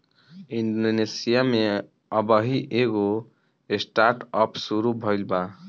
Indonesia में अबही एगो स्टार्टअप शुरू भईल बा